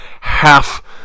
half